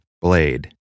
blade